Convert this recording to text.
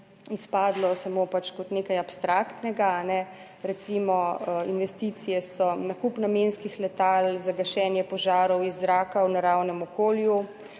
izpadlo samo pač kot nekaj abstraktnega, recimo, investicije so nakup namenskih letal za gašenje požarov iz zraka v naravnem okolju,